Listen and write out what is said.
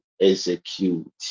execute